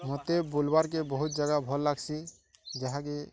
ମୋତେ ବୁଲବାର୍କେ ବହୁତ ଜାଗା ଭଲ୍ ଲାଗ୍ସି ଯାହାକି